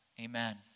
Amen